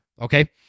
Okay